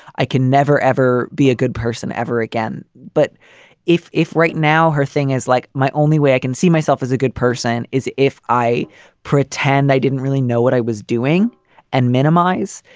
i can never, ever be a good person ever again. but if if right now her thing is like my only way i can see myself as a good person is if i pretend they didn't really know what i was doing and minimize,